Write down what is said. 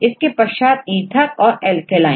इसके पश्चात ईथर और एलकेलाइन